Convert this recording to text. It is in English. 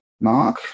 mark